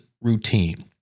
routine